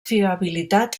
fiabilitat